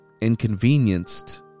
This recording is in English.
inconvenienced